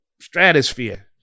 stratosphere